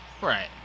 Right